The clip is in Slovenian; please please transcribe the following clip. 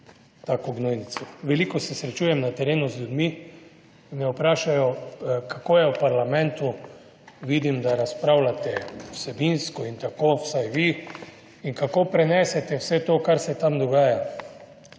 tako gnojnico. Veliko se srečujem na terenu z ljudmi, me vprašajo, kako je v parlamentu, vidim, da razpravljate vsebinsko in tako vsaj vi in kako prenesete vse to, kar se tam dogaja?